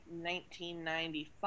1995